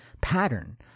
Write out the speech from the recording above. pattern